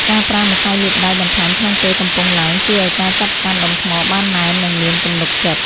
ការប្រើម្សៅលាបដៃបន្ថែមក្នុងពេលកំពុងឡើង ជួយឱ្យការចាប់កាន់ដុំថ្មបានណែន និងមានទំនុកចិត្ត។